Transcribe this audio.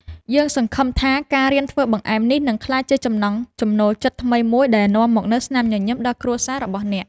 យើងសង្ឃឹមថាការរៀនធ្វើបង្អែមនេះនឹងក្លាយជាចំណង់ចំណូលចិត្តថ្មីមួយដែលនាំមកនូវស្នាមញញឹមដល់គ្រួសាររបស់អ្នក។